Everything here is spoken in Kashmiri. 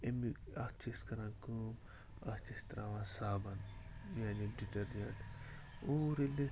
اَمیٛک اَتھ چھِ أسۍ کَران کٲم اَتھ چھِ أسۍ ترٛاوان صابَن یعنی ڈِٹرجیٚنٛٹ اور ییٚلہِ اَتھ